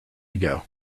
ago